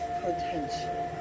potential